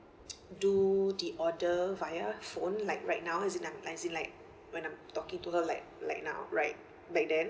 do the order via phone like right now as in as in like when I'm talking to her like like now right back then